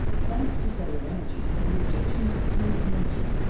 thanks to solar energy, the egyptians preserved nature.